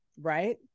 Right